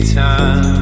time